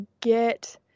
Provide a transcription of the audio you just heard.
get